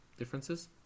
differences